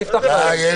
אני אפתח להם.